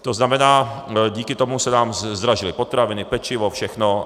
To znamená, díky tomu se nám zdražily potraviny, pečivo, všechno.